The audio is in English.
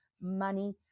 money